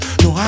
no